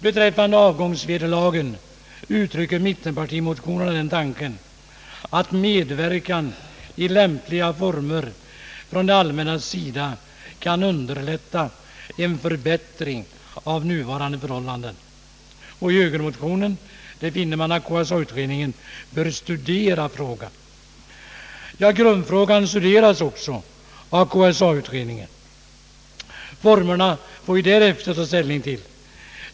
Beträffande avgångsvederlagen uttrycker mittenpartimotionerna den tanken att medverkan i lämpliga former från det allmännas sida kan underlätta en förbättring av nuvarande förhållanden. I högermotionen finner man att KSA-utredningen bör studera frågan. Grundfrågan studeras också av KSA-utredningen. Formerna får vi därefter ta ställning till.